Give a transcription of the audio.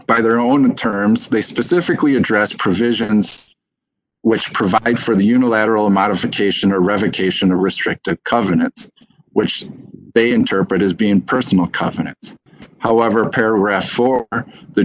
by their own terms they specifically address provisions which provide for the unilateral modification or revocation to restrict a covenants which they interpret as being personal confidence however paragraph four